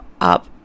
up